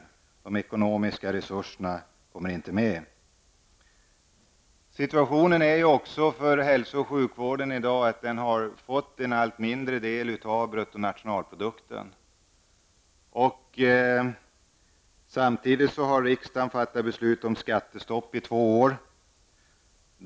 Situationen för hälso och sjukvården är i dag också att den har fått en allt mindre del av bruttonationalprodukten. Dessutom har riksdagen fattat beslut om skattestopp i två år.